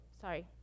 sorry